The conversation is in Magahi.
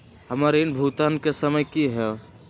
हमर ऋण भुगतान के समय कि होई?